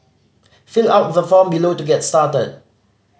fill out the form below to get started